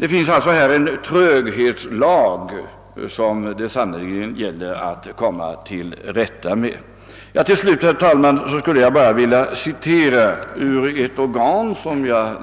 Det finns alltså här en tröghetslag, som det sannerligen gäller att komma till rätta med. Jag vill, herr talman, göra ett citat ur ett organ som jag